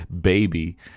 baby